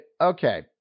Okay